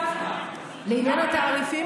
לעניין התעריפים,